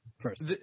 first